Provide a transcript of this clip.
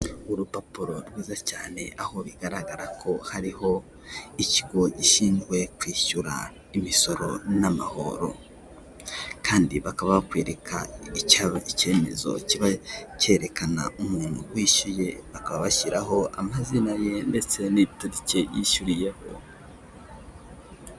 Urupapuro rwiza cyane aho bigaragara ko hariho ikigo gishinzwe kwishyura imisoro n'amahoro, kandi bakaba bakwereka icyaba icyemezo kiba cyerekana umuntu wishyuye akabashyiraho amazina ye ndetse n'itariki yishyuriyeho.